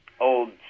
old